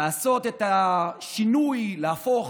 לעשות את השינוי, להפוך,